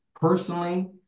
personally